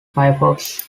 firefox